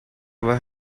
our